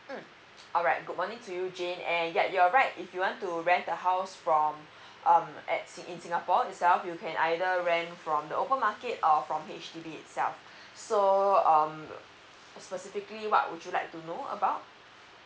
mm alright good morning to you jane and yup you're right if you want to rent a house from um at in singapore itself you can either rent from the open market or from H_D_B itself so um specifically what would you like to know about